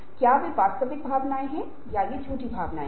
और एक बार जब आप पहल करते हैं तो यह असंतुलन लाएगा